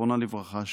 זיכרונה לברכה,